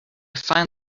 find